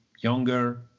younger